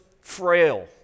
frail